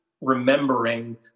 remembering